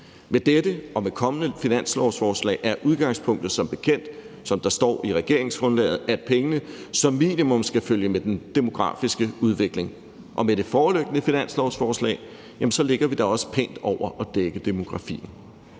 Med dette og med kommende finanslovsforslag er udgangspunktet som bekendt, som der står i regeringsgrundlaget, at pengene som minimum skal følge med den demografiske udvikling, og med det foreliggende finanslovsforslag ligger vi da også pænt over at dække demografien.